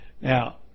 Now